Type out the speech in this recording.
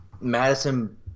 Madison